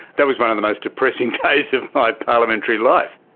that was one of the most depressing days of my parliamentary life.